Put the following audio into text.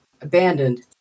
abandoned